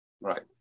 Right